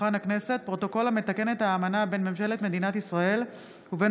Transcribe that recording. פרוטוקול המתקן את האמנה בין ממשלת מדינת ישראל ובין